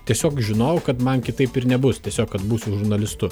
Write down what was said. tiesiog žinojau kad man kitaip ir nebus tiesiog kad būsiu žurnalistu